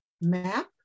map